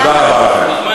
תודה רבה לכם.